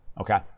Okay